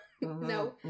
No